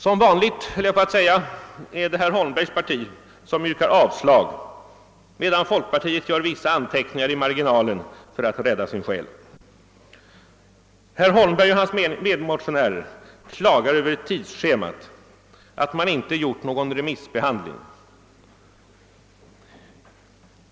Som vanligt, höll jag på att säga, är det herr Holmbergs parti som yrkar avslag medan folkpartiet gör vissa anteckningar i marginalen för att rädda sin själ. Herr Holmberg och hans medmotionärer klagar över tidschemat — att man inte gjort någon remissbehandling.